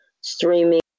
streaming